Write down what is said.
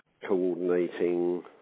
coordinating